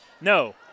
no